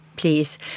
please